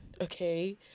Okay